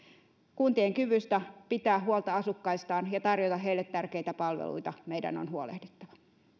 kuntien kyvystä pitää huolta asukkaistaan ja tarjota heille tärkeitä palveluita meidän on huolehdittava